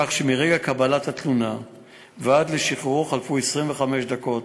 כך שמרגע קבלת התלונה ועד לשחרור חלפו 25 דקות.